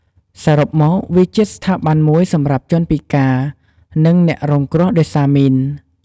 សរុបមក វាជាស្ថាប័នមួយសម្រាប់ជនពិការ និងអ្នករងគ្រោះដោយសារមីន។